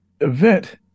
event